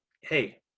Hey